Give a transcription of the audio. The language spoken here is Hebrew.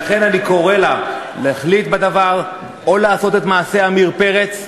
לכן אני קורא לה להחליט בדבר: או לעשות מעשה עמיר פרץ,